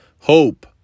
hope